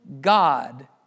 God